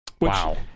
Wow